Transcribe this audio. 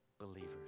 believers